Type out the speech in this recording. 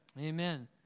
Amen